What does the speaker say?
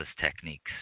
techniques